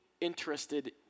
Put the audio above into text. interested